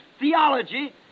theology